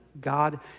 God